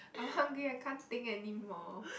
I'm hungry I can't think anymore